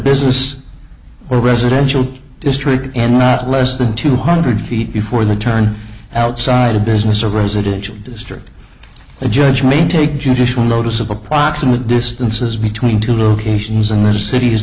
business in the residential district and not less than two hundred feet before the turn outside a business or residential district a judge may take judicial notice of approximate distances between two locations in the city is